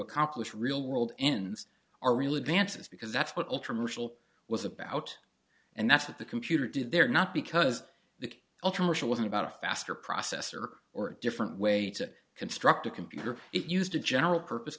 accomplish real world ends are real advances because that's what ultra marshall was about and that's what the computer did there not because the ultimate goal wasn't about a faster processor or a different way to construct a computer it used a general purpose